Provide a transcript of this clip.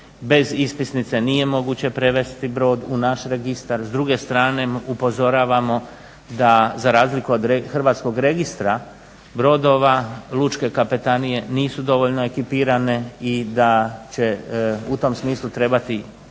bez ispisnice nije moguće prevesti brod u naše registar. S druge strane upozoravamo da za razliku od hrvatsko registra brodova lučke kapetanije nisu dovoljno ekipirane i da će u tom smislu trebati